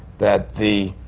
that the